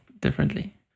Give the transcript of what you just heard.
differently